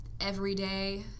everyday